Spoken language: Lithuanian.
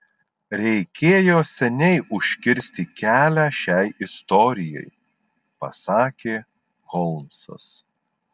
reikėjo seniai užkirsti kelią šiai istorijai pasakė holmsas